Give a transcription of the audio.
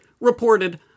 reported